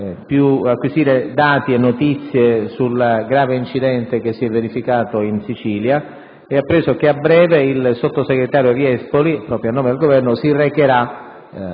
per acquisire dati e notizie sul grave incidente che si è verificato in Sicilia e ha appreso che a breve il sottosegretario Viespoli, proprio a nome del Governo, si recherà